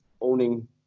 owning